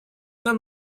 нам